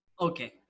Okay